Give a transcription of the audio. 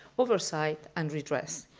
oversight, and redress.